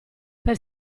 per